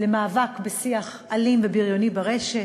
בנוגע למאבק בשיח אלים ובריוני ברשת,